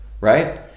right